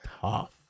tough